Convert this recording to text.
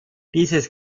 dieses